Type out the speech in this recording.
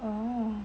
oh